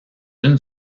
une